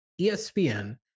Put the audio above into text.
ESPN